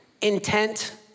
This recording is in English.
intent